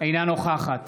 אינה נוכחת